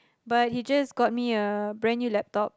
but he just got me a brand new laptop